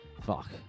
fuck